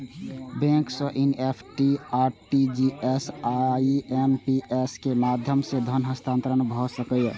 bank सं NEFT, RTGS, IMPS के माध्यम सं धन हस्तांतरण भए सकैए